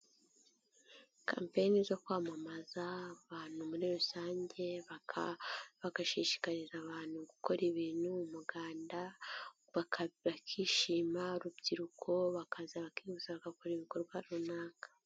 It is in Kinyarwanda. Kampeni zo kwamamaza abantu muri rusange, bagashishikariza abantu gukora ibintu, umuganda, bakishima urubyiruko bakaza bakihuza bagakora ibikorwa runaka.